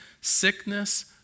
sickness